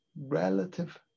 relative